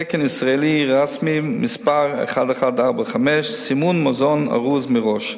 תקן ישראל רשמי מס' 1145, סימון מזון ארוז מראש.